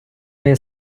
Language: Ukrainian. моє